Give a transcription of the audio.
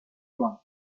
blanc